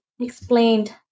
explained